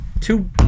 two